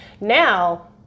Now